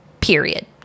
Period